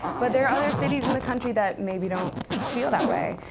but there are other cities in the country that maybe don't feel that way.